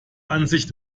ansicht